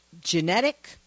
Genetic